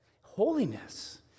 Holiness